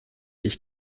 ich